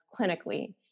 clinically